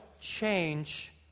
change